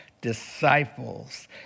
disciples